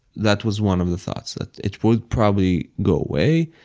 that was one of the thoughts. that it would probably go away.